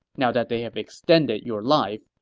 now that they have extended your life,